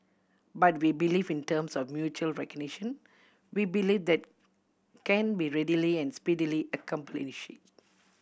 but we believe in terms of mutual recognition we believe that can be readily and speedily accomplished